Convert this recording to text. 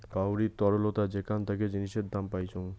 কাউরি তরলতা যেখান থাকি জিনিসের দাম পাইচুঙ